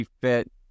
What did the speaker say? fit